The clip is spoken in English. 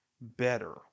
better